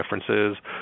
differences